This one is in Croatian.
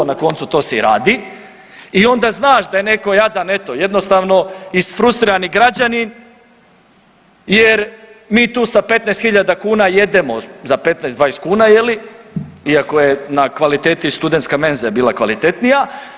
Na koncu to se i radi i onda znaš da je netko jadan, eto jednostavno isfrustrirani građanin jer mi tu sa 15 hiljada kuna jedemo za 15, 20 kuna iako je na kvaliteti studentska menza je bila kvalitetnija.